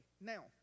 Now